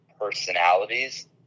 personalities